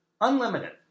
Unlimited